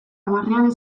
hamarrean